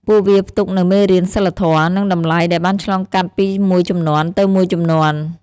ពួកវាផ្ទុកនូវមេរៀនសីលធម៌ និងតម្លៃដែលបានឆ្លងកាត់ពីមួយជំនាន់ទៅមួយជំនាន់។